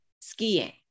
skiing